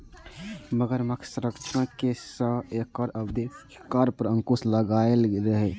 मगरमच्छ संरक्षणक सं एकर अवैध शिकार पर अंकुश लागलैए